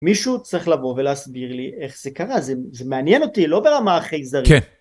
מישהו צריך לבוא ולהסביר לי איך זה קרה, זה מעניין אותי, לא ברמה החייזרית. -כן.